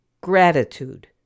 gratitude